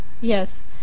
Yes